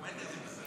באמת איזה ביזיון.